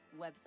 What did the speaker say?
website